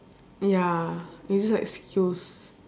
ya it's just excuse